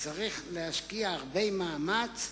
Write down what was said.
צריך להשקיע הרבה מאמץ,